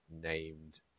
named